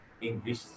English